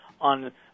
on